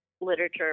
literature